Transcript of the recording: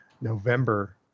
November